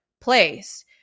place